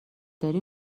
داری